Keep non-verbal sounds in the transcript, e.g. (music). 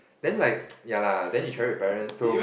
then like (noise) ya like then you travelling with parents so